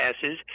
passes